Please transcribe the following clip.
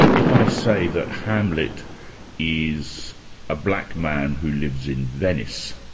if i say that hamlet is a black man who lives in venice,